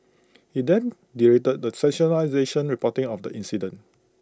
he then derided the sensationalised reporting of the incident